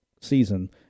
season